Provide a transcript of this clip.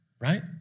right